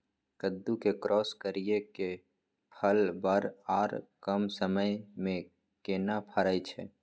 कद्दू के क्रॉस करिये के फल बर आर कम समय में केना फरय छै?